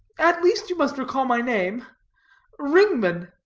at least you must recall my name ringman,